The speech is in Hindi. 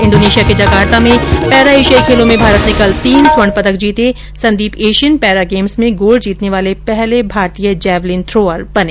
इंडोनेशिया के जकार्ता में पैरा एशियाई खेलों में भारत ने कल तीन स्वर्ण पदक जीते संदीप एशियन पैरा गेम्स में गोल्ड जीतने वाले पहले भारतीय जैवलिन थ्रोअर बने